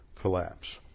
collapse